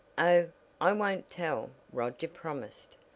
i i won't tell, roger promised.